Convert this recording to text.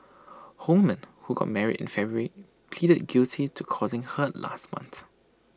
Holman who got married in February pleaded guilty to causing hurt last month